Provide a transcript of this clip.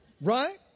Right